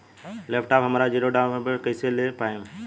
Laptop हम zero down payment पर कैसे ले पाएम?